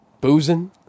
boozing